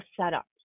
setup